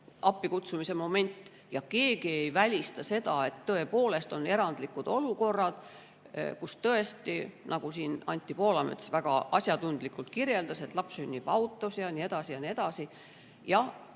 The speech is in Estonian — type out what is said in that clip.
appikutsumise moment. Keegi ei välista seda, et tõepoolest on erandlikud olukorrad, kus tõesti, nagu siin Anti Poolamets väga asjatundlikult kirjeldas, laps sünnib autos ja nii edasi, ja nii edasi.